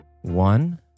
one